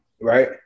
right